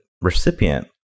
recipient